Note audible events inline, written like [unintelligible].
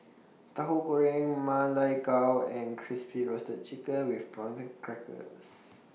Tahu Goreng Ma Lai Gao and Crispy Roasted Chicken with Prawn [unintelligible] Crackers